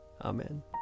Amen